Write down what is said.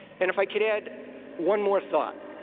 and if i could add one more thought,